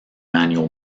annual